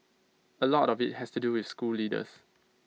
A lot of IT has to do with school leaders